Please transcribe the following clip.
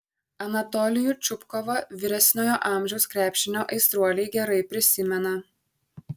anatolijų čupkovą vyresniojo amžiaus krepšinio aistruoliai gerai prisimena